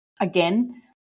again